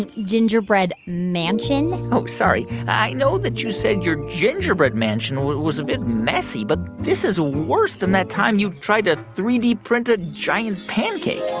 and gingerbread mansion oh. sorry. i know that you said your gingerbread mansion was a bit messy but this is worse than that time you tried to three d print a giant pancake